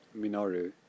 Minoru